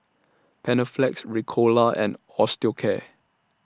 Panaflex Ricola and Osteocare